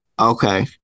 Okay